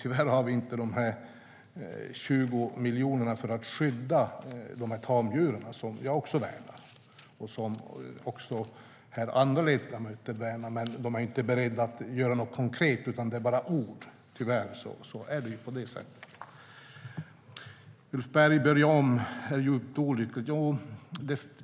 Tyvärr har vi inte de 20 miljonerna för att skydda de tamdjur som också jag värnar. Det är även andra ledamöter som värnar dem, men de är inte beredda att göra något konkret utan använder bara ord. Tyvärr är det ju på det sättet. Ulf Berg talade om att börja om och att det är djupt olyckligt.